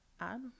add